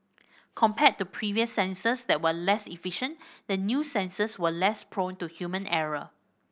compared to previous sensors that were less efficient the new sensors were less prone to human error